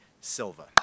Silva